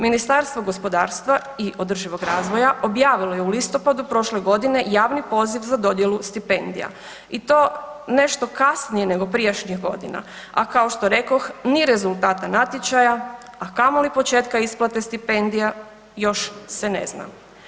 Ministarstvo gospodarstva i održivoga razvoja objavilo je u listopadu prošle godine javni poziv za dodjelu stipendija i to nešto kasnije nego prijašnjih godina, a kao što rekoh, ni rezultata natječaja, a kamoli početka isplate stipendija, još se ne zna.